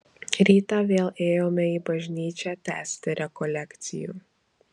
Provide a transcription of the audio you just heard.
rytą vėl ėjome į bažnyčią tęsti rekolekcijų